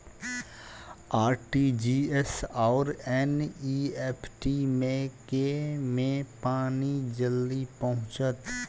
RTGS आओर NEFT मे केँ मे पानि जल्दी पहुँचत